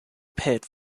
pit